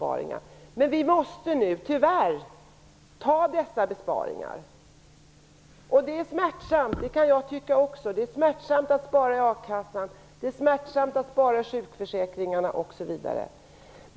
Men vi måste nu tyvärr genomföra dessa besparingar. Också jag tycker att det känns smärtsamt att spara i a-kassan, i sjukförsäkringarna osv.